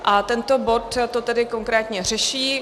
A tento bod to tedy konkrétně řeší.